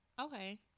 Okay